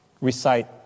recite